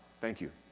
thank you.